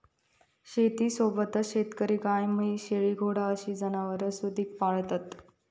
शेतीसोबतच शेतकरी गाय, म्हैस, शेळी, घोडा अशी जनावरांसुधिक पाळतत